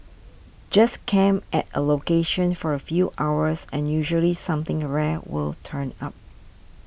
just camp at a location for a few hours and usually something a rare will turn up